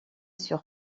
sur